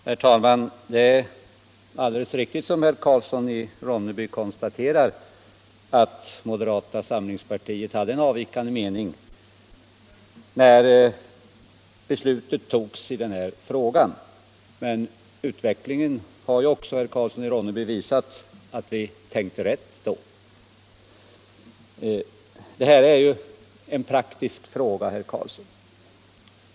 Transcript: Herr talman! Det är alldeles riktigt som herr Karlsson i Ronneby konstaterar att moderata samlingspartiet hade en avvikande mening när beslutet togs i den här frågan. Men utvecklingen har ju också, herr Karlsson i Ronneby, visat att vi tänkte rätt då. Det här är en praktisk fråga, herr Karlsson.